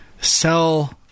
Sell